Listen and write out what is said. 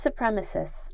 supremacists